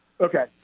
okay